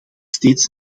steeds